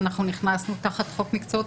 אנחנו נכנסנו תחת חוק מקצועות